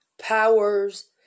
powers